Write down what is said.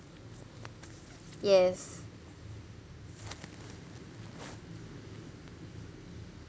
yes